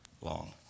long